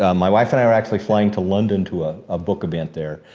um my wife and i were actually flying to london to a ah book event there.